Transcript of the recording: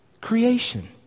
creation